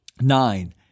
nine